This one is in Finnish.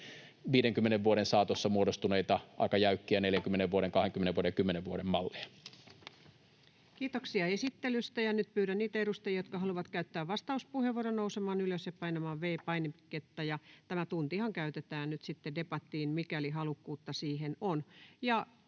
eduskunnalle valtion talousarvioksi vuodelle 2025 Time: 18:08 Content: Kiitoksia esittelystä. — Ja nyt pyydän niitä edustajia, jotka haluavat käyttää vastauspuheenvuoron, nousemaan ylös ja painamaan V-painiketta. Tämä tuntihan käytetään nyt sitten debattiin, mikäli halukkuutta siihen on.